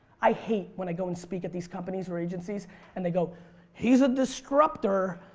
i hate when i go and speak of these companies or agencies and they go he's a disruptor,